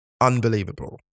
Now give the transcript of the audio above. unbelievable